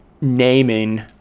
naming